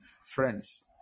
Friends